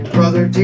Brother